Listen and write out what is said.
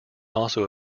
also